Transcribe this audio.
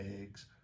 eggs